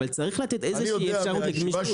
אבל צריך לתת איזושהי אפשרות לגמישות.